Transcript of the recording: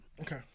Okay